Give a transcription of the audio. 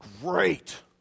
Great